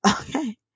okay